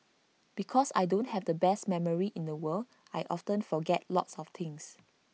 because I don't have the best memory in the world I often forget lots of things